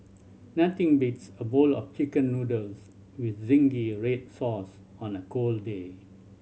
nothing beats a bowl of Chicken Noodles with zingy red sauce on a cold day